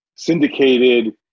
Syndicated